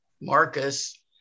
Marcus